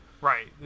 Right